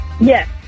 Yes